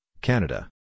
Canada